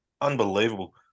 Unbelievable